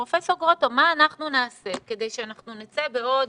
פרופ' גרוטו, מה אנחנו נעשה כדי שאנחנו נצא בעוד